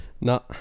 No